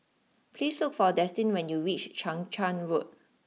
please look for Destin when you reach Chang Charn Road